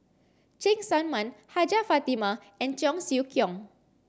Cheng Tsang Man Hajjah Fatimah and Cheong Siew Keong